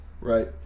right